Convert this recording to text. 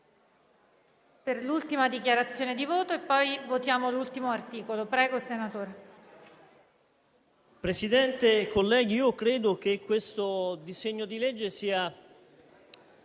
Presidente, colleghi, credo che questo disegno di legge sia